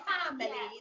family